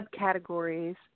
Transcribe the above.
subcategories